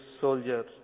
soldier